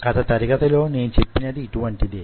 గత తరగతిలో నేను చెప్పినది యిటువంటిదే